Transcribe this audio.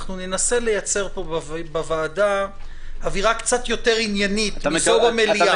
אנחנו ננסה לייצר פה בוועדה אווירה קצת יותר עניינית מזו במליאה.